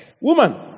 Woman